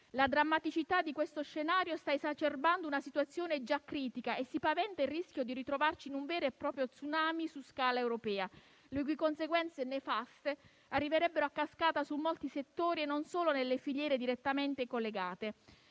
La drammaticità di questo scenario sta esacerbando una situazione già critica e si paventa il rischio di ritrovarci in un vero e proprio *tsunami* su scala europea, le cui conseguenze nefaste arriverebbero a cascata su molti settori e non solo nelle filiere direttamente collegate.